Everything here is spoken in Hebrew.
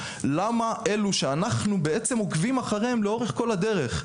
למה אלו שאנחנו עוקבים אחריהם לאורך כל הדרך,